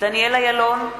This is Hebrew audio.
דניאל אילון,